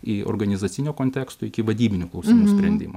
iki organizacinio konteksto iki vadybinių klausimų sprendimo